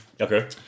Okay